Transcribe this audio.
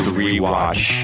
rewatch